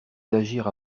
d’agir